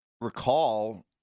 recall